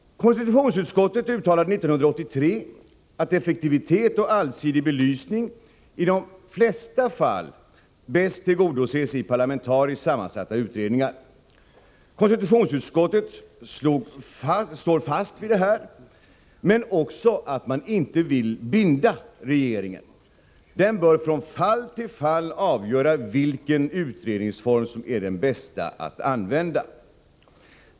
Konstitutionsutskottet uttalade 1983 att effektivitet och allsidig belysning i de flesta fall bäst tillgodoses i parlamentariskt sammansatta utredningar. Konstitutionsutskottet står fast vid detta, men anser också att man inte vill binda regeringen. Den bör från fall till fall avgöra vilken utredningsform som är den bästa att använda.